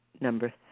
number